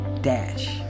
dash